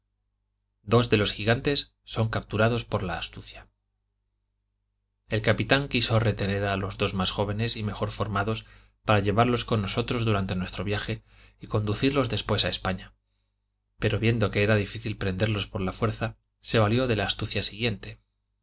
dos de los gigantes son capturados por la astucia el capitán quiso retener a los dos más jóvenes y mejor formados para llevarlos con nosotros durante nuestro viaje y conducirlos después a españa pero viendo que era difícil prenderlos por la fuerza se valió de la astucia siguiente